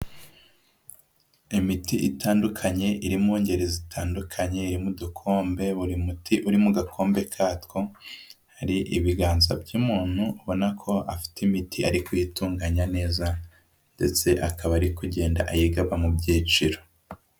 Imiti itandukanye iri mu ngeri zitandukanye, iri mu dukombe buri muti uri mu gakombe katwo, hari ibiganza by'umuntu ubona ko afite imiti ari kuyitunganya neza ndetse akaba ari kugenda ayigaba mu byiciro.